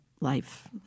life